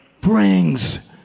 brings